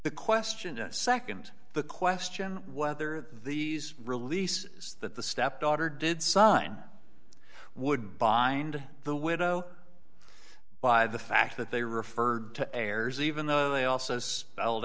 the question to nd the question whether these releases that the stepdaughter did sign would bind the widow by the fact that they referred to heirs even though they also spelled